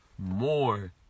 more